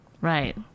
Right